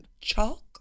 Chalk